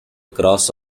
cross